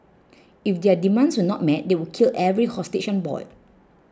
if their demands were not met they would kill every hostage on board